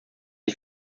ich